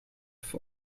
for